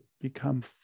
become